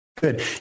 Good